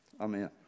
amen